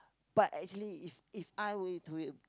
but actually if If I were to